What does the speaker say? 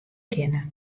kinne